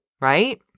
right